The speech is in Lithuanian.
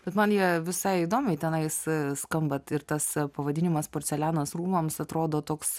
bet man jie visai įdomiai tenais skambat ir tas pavadinimas porcelianas rūmams atrodo toks